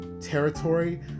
territory